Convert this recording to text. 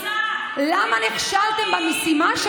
אני ממליצה, תהיו מקוריים.